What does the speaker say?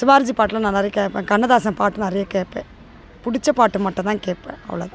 சிவாஜி பாட்டுலாம் நான் நிறைய கேட்பேன் கண்ணதாசன் பாட்டு நிறைய கேட்பேன் பிடிச்ச பாட்டு மட்டும் தான் கேட்பேன் அவ்வளோ தான்